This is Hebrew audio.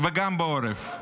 וגם בעורף.